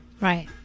Right